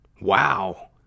Wow